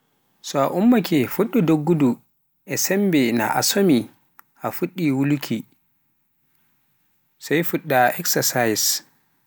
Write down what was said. so a ummake fuɗɗu doggudu, e sembe, naa a somi a fuɗɗi wuluuki, sai fuɗɗe eksasayis..